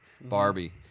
Barbie